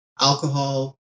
alcohol